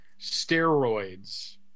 steroids